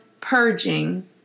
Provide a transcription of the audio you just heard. purging